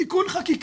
תיקון חקיקה.